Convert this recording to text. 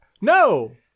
No